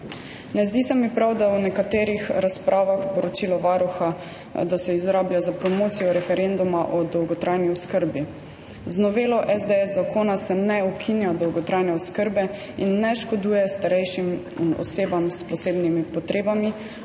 Ne zdi se mi prav, da se v nekaterih razpravah poročilo Varuha izrablja za promocijo referenduma o dolgotrajni oskrbi. Z novelo zakona SDS se ne ukinja dolgotrajne oskrbe in ne škoduje starejšim in osebam s posebnimi potrebami,